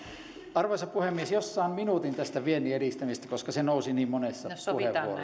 arvoisa puhemies jos saan minuutin tästä viennin edistämisestä koska se nousi niin monessa puheenvuorossa